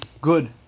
good